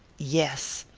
yes.